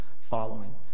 following